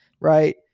right